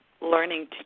learning